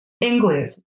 English